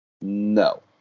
No